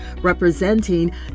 representing